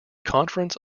conference